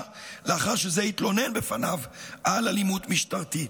לאחר שזה התלונן בפניו על אלימות משטרתית,